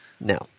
No